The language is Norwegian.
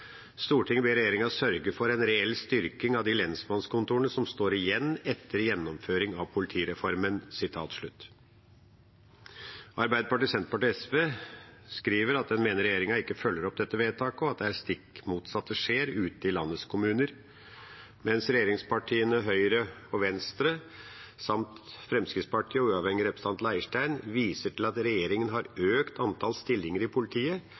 ber regjeringen sørge for en reell styrking av de lensmannskontorene som står igjen etter gjennomføringen av politireformen.» Arbeiderpartiet, Senterpartiet og SV skriver at de mener at regjeringen ikke følger opp dette vedtaket, og at det stikk motsatte skjer ute i landets kommuner, mens regjeringspartiene Høyre og Venstre samt Fremskrittspartiet og uavhengig representant Leirstein viser til at regjeringen har økt antall stillinger i politiet